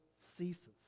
ceases